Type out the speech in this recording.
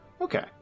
Okay